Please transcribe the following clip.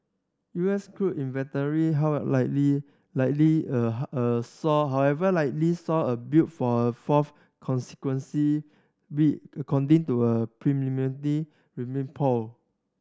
U S crude inventory however likely likely saw however likely saw a build for fourth consequence week according to a remain poll